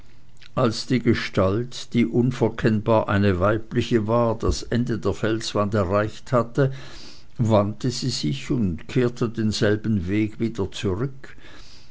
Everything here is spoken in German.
als die gestalt die unverkennbar eine weibliche war das ende der felswand erreicht hatte wandte sie sich und kehrte denselben weg wieder zurück